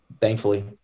thankfully